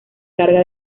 carga